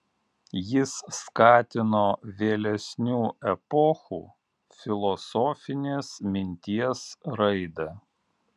jis skatino vėlesnių epochų filosofinės minties raidą